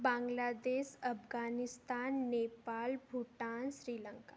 Bangladesh Afghanistan Nepal Bhutan Sri Lanka